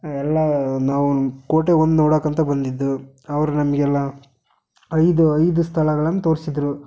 ಎಲ್ಲ ನಾವು ಕೋಟೆ ಒಂದು ನೋಡಕ್ಕೆ ಅಂತ ಬಂದಿದ್ದು ಅವ್ರು ನಮಗೆಲ್ಲ ಐದು ಐದು ಸ್ಥಳಗಳನ್ನು ತೋರಿಸಿದ್ರು